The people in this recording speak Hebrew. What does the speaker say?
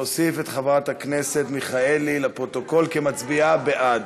אני מוסיף את חברת הכנסת מיכאלי לפרוטוקול כמצביעה בעד.